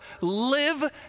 live